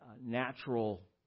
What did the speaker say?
natural